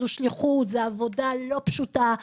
זו שליחות, זו עבודה לא פשוטה.